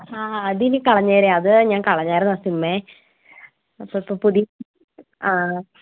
ആ അതിനി കളഞ്ഞേരെ അത് ഞാൻ കളഞ്ഞായിരുന്നു ആ സിം അപ്പൊ ഇപ്പോൾ പുതിയ ആ